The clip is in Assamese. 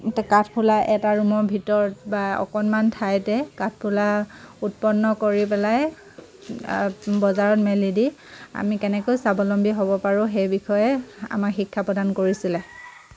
তে কাঠফুলা এটা ৰুমৰ ভিতৰত বা অকণমান ঠাইতে কাঠফুলা উৎপন্ন কৰি পেলাই বজাৰত মেলি দি আমি কেনেকৈ স্বাৱলম্বী হ'ব পাৰোঁ সেই বিষয়ে আমাক শিক্ষা প্ৰদান কৰিছিলে